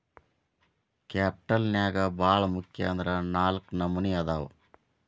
capital ನ್ಯಾಗ್ ಭಾಳ್ ಮುಖ್ಯ ಅಂದ್ರ ನಾಲ್ಕ್ ನಮ್ನಿ ಅದಾವ್